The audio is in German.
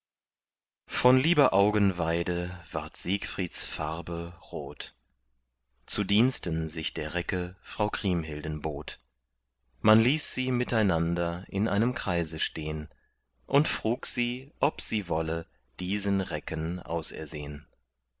von lieber augenweide ward siegfrieds farbe rot zu diensten sich der recke frau kriemhilden bot man ließ sie miteinander in einem kreise stehn und frug sie ob sie wolle diesen recken